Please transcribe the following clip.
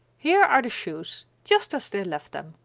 here are the shoes, just as they left them,